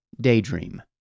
daydream